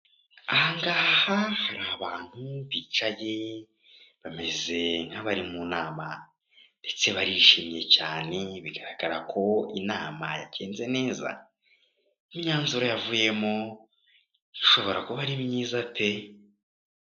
Aha ngaha ni abantu bicaye, bameze nk'abari mu nama, ndetse barishimye cyane, biragaragara ko inama yagenze neza, imyanzuro yavuyemo ishobora kuba ari myiza pe.